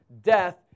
death